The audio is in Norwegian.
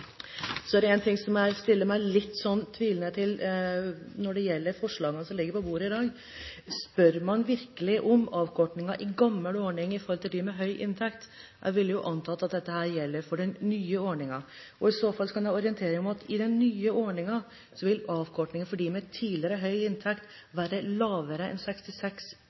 Så er det en ting som jeg stiller meg litt tvilende til når det gjelder forslagene som ligger på bordet i dag. Spør man virkelig om avkortingen i gammel ordning i forhold til dem med høy inntekt? Jeg vil anta at dette gjelder for den nye ordningen. I så fall kan jeg orientere om at i den nye ordningen vil avkortingen for dem med tidligere høy inntekt være lavere enn 66